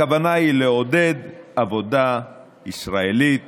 הכוונה היא לעודד עבודה ישראלית